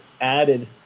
added